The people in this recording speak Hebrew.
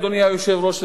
אדוני היושב-ראש,